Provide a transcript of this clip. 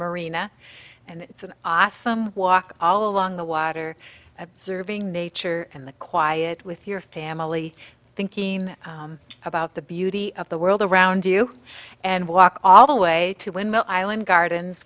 marina it's an awesome walk all along the water observing nature and the quiet with your family thinking about the beauty of the world around you and walk all the way to windmill island gardens